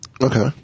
Okay